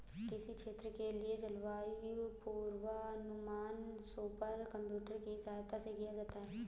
किसी क्षेत्र के लिए जलवायु पूर्वानुमान सुपर कंप्यूटर की सहायता से किया जाता है